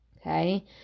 okay